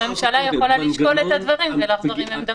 הממשלה יכולה לשקול את הדברים ולחזור עם עמדה.